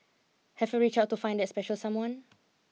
have you reached out to find that special someone